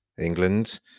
England